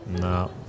No